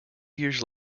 years